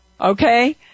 Okay